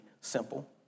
simple